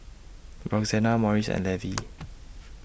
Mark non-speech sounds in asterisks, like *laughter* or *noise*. Roxana Morris and Levie *noise*